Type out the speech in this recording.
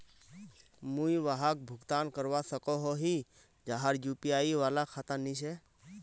मुई वहाक भुगतान करवा सकोहो ही जहार यु.पी.आई वाला खाता नी छे?